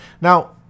Now